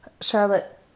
Charlotte